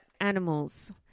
animals